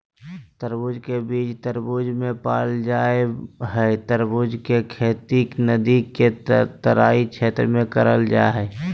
तरबूज के बीज तरबूज मे पाल जा हई तरबूज के खेती नदी के तराई क्षेत्र में करल जा हई